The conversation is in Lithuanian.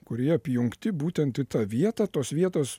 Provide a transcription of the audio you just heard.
kurie apjungti būtent į tą vietą tos vietos